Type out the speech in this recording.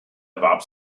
erwarb